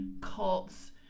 cults